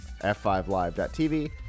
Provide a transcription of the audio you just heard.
f5live.tv